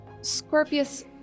Scorpius